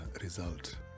result